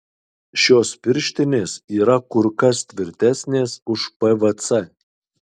šios pirštinės yra kur kas tvirtesnės už pvc